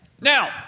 Now